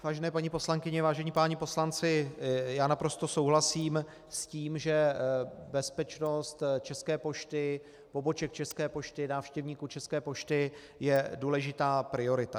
Vážené paní poslankyně, vážení páni poslanci, já naprosto souhlasím s tím, že bezpečnost České pošty, poboček České pošty a návštěvníků České pošty je důležitá priorita.